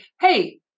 hey